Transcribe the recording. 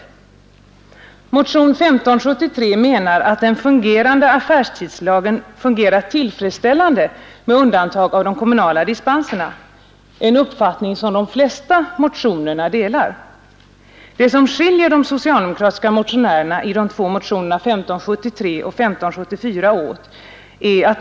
I motionen 1573 menar motionärerna att den gällande affärstidslagen fungerar tillfredsställande — med undantag av de kommunala dispenserna — och det är en uppfattning som delas i de övriga motionerna. Det som skiljer de socialdemokratiska motionärerna i motionerna 1573 och 1574 är följande.